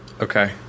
Okay